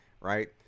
right